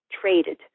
traded